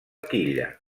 quilla